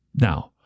Now